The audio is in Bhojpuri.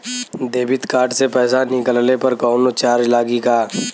देबिट कार्ड से पैसा निकलले पर कौनो चार्ज लागि का?